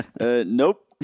Nope